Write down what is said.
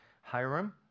Hiram